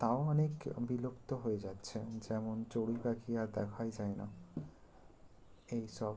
তাও অনেক বিলুপ্ত হয়ে যাচ্ছে যেমন চড়ুই পাখি আর দেখাই যায় না এই সব